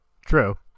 True